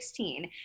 2016